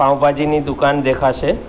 પાઉંભાજીની દુકાન દેખાશે